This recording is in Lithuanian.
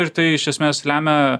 ir tai iš esmės lemia